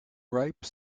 ripe